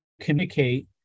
communicate